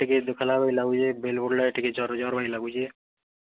ଗୋଡ଼୍ ହାତ୍ ଟିକେ ଦୁଖାଲା ବାଗିର୍ ଲାଗୁଛେ ବେଲ୍ ବୁଡ଼୍ଲେ ଟିକେ ଜର୍ ଜର୍ ବାଗିର୍ ଲାଗୁଛେ